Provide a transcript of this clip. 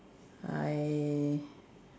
I